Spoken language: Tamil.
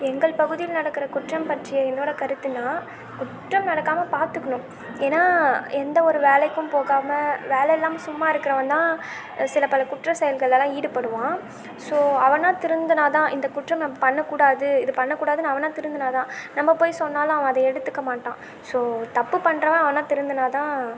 எங்கள் பகுதியில நடக்கிற குற்றம் பற்றிய என்னோட கருத்துன்னா குற்றம் நடக்காமல் பார்த்துக்கணும் ஏன்னா எந்த ஒரு வேலைக்கும் போகாமல் வேலை இல்லாமல் சும்மா இருக்கிறவந்தான் சில பல குற்ற செயல்களைலாம் ஈடுபடுவான் ஸோ அவனாக திருந்தினாதான் இந்த குற்றம் நம் பண்ணக்கூடாது இது பண்ணக்கூடாதுன்னு அவனாக திருந்தினாதான் நம்ப போய் சொன்னாலும் அவன் அதை எடுத்துக்கமாட்டான் ஸோ தப்பு பண்ணுறவன் அவனாக திருந்தினாதான்